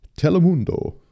Telemundo